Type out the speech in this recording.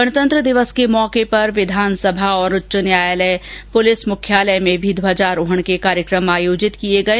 गणतंत्र दिवस के मौके पर विधानसभा और उच्च न्यायालय शासन सचिवालय और पुलिस मुख्यालय में भी ध्वजारोहण के कार्यक्रम आयोजित किए गए